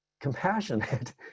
compassionate